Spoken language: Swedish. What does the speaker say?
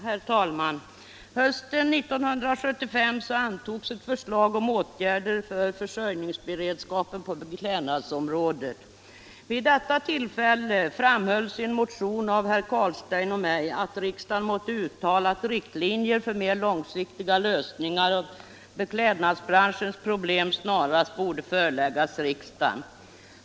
Herr talman! Hösten 1975 antogs ew förslag om åtgärder för försörjningsberedskapen på beklädnadsområdet. Vid detta tillfälle begärdes i en motion av herr Carlstein och mig att riksdagen måtte uttala att riktlinjer för mer långsiktiga lösningar av beklädnadsbranschens problem snarast borde föreläggas riksdagen.